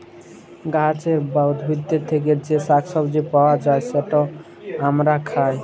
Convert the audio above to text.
গাহাচের বা উদ্ভিদের থ্যাকে যে শাক সবজি পাউয়া যায়, যেট আমরা খায়